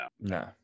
No